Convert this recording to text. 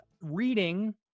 reading